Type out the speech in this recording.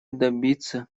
добиться